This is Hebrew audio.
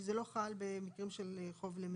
זה לא חל במקרים של חוב למזונות.